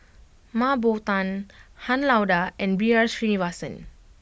Mah Bow Tan Han Lao Da and B R Sreenivasan